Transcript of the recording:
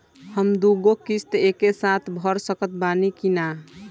हम दु गो किश्त एके साथ भर सकत बानी की ना?